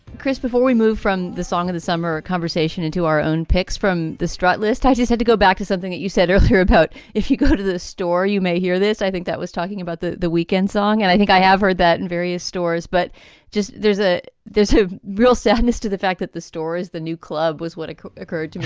chris, before we move from the song of the summer conversation into our own pics from the strike list i just had to go back to something that you said earlier about if you go to the store, you may hear this. i think that was talking about the the weekend song. and i think i have heard that in various stores. but just there's a there's a real sadness to the fact that the store is the new club was what occurred.